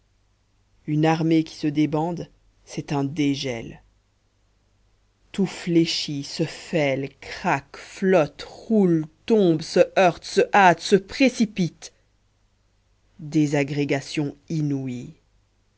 une armée qui se débande c'est un dégel tout fléchit se fêle craque flotte roule tombe se heurte se hâte se précipite désagrégation inouïe